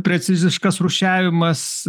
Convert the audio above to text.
preciziškas rūšiavimas